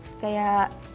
kaya